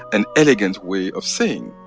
an elegant way of saying,